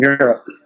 Europe